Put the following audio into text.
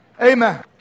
Amen